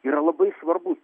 yra labai svarbus